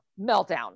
meltdown